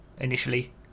initially